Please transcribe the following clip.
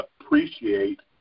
appreciate